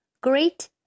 Great